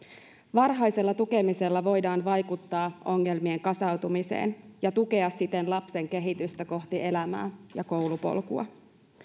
varhaisella tukemisella voidaan vaikuttaa ongelmien kasautumiseen ja tukea siten lapsen kehitystä kohti elämää ja koulupolkua